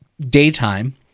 daytime